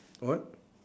what